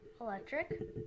Electric